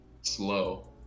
slow